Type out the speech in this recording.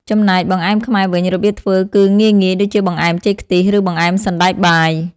ចំណែក បង្អែមខ្មែរវិញ របៀបធ្វើគឺងាយៗ ដូចជាបង្អែមចេកខ្ទិះ ឬបង្អែមសណ្តែកបាយ ។